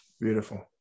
Beautiful